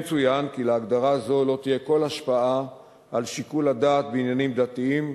כן צוין כי להגדרה זו לא תהיה כל השפעה על שיקול הדעת בעניינים דתיים,